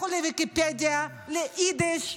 לכו לוויקיפדיה, ליידיש.